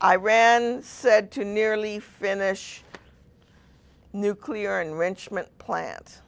iran said to nearly finish nuclear enrichment plant